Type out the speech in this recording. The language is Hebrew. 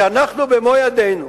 שאנחנו במו ידינו